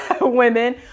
women